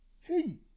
Hey